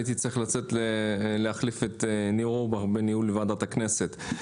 הייתי צריך לצאת להחליף את ניר אורבך בניהול ועדת הכנסת.